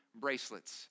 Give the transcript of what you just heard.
bracelets